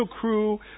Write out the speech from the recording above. crew